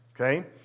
okay